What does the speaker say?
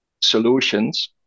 solutions